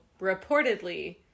reportedly